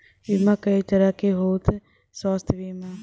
बीमा कई तरह के होता स्वास्थ्य बीमा?